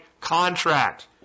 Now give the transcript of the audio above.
contract